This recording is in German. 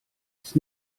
ist